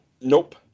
Nope